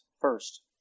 First